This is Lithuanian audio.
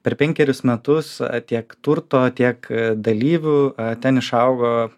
per penkerius metus tiek turto tiek dalyvių ten išaugo